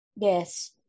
yes